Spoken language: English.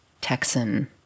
Texan